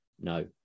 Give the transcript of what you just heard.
No